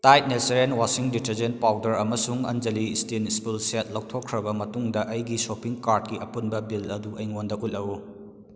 tight natural washing detergent powder ꯑꯃꯁꯨꯡ ꯑꯟꯖꯂꯤ steel spoon set ꯂꯧꯊꯣꯛꯈ꯭ꯔꯕ ꯃꯇꯨꯡꯗ ꯑꯩꯒꯤ ꯁꯣꯞꯄꯤꯡ ꯀꯥꯔꯠꯀꯤ ꯑꯄꯨꯟꯕ ꯕꯤꯜ ꯑꯗꯨ ꯑꯩꯉꯣꯟꯗ ꯎꯠꯂꯛꯎ